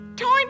time